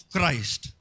Christ